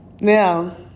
Now